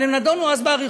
אבל הם נדונו אז באריכות,